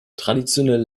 traditionell